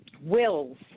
wills